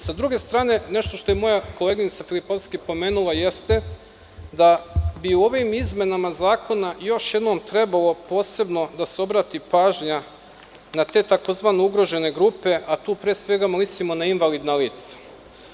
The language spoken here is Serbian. Sa druge strane, nešto što je moja koleginica Filipovski pomenula jeste da bi u ovim izmenama zakona još jednom trebalo posebno da se obrati pažnja na te tzv. ugrožene grupe, a tu pre svega mislimo na invalidna lica.